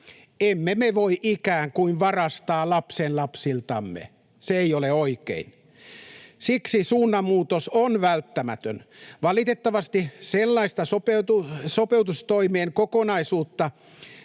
Emme voi ikään kuin varastaa lapsenlapsiltamme. Se ei ole oikein. Siksi suunnanmuutos on välttämätön. Valitettavasti sellaista sopeutustoimien kokonaisuutta,